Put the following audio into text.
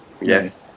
Yes